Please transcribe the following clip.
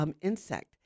insect